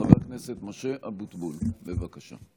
חבר הכנסת משה אבוטבול, בבקשה.